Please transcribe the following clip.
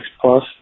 Plus